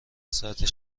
ساعت